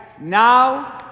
Now